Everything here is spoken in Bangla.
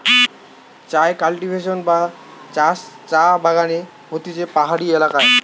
চায় কাল্টিভেশন বা চাষ চা বাগানে হতিছে পাহাড়ি এলাকায়